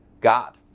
God